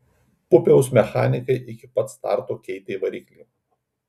pupiaus mechanikai iki pat starto keitė variklį